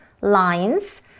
lines